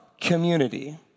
community